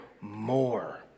more